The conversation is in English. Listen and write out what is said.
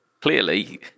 clearly